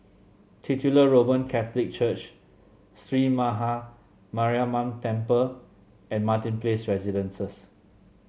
Titular Roman Catholic Church Sree Maha Mariamman Temple and Martin Place Residences